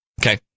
Okay